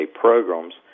Programs